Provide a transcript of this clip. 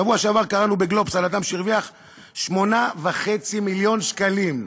בשבוע שעבר קראנו ב"גלובס" על אדם שהרוויח 8.5 מיליון שקלים.